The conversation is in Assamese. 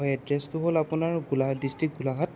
এড্ৰেছটো হ'ল আপোনাৰ গোলাঘাট ডিছট্ৰিক্ট গোলাঘাট